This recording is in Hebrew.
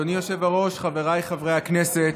אדוני היושב-ראש, חבריי חברי הכנסת,